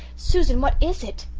susan, what is it?